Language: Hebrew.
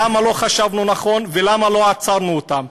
למה לא חשבנו נכון ולמה לא עצרנו אותם?